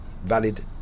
valid